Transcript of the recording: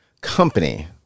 company